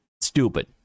stupid